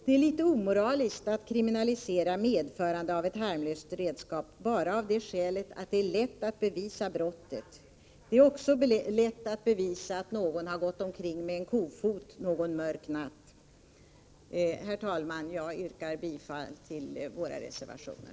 Det är litet omoraliskt att kriminalisera medförande av ett harmlöst redskap bara av det skälet att det är lätt att bevisa brottet. Det är också lätt att bevisa att någon har gått omkring med en kofot en mörk natt. Herr talman! Jag yrkar bifall till våra reservationer.